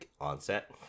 onset